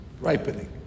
ripening